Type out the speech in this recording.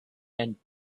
and